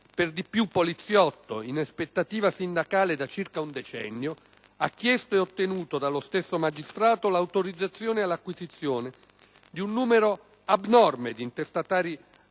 (per di più poliziotto in aspettativa sindacale da circa un decennio), ha chiesto e ottenuto dallo stesso magistrato l'autorizzazione all'acquisizione di un numero abnorme di intestatari anagrafici,